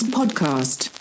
podcast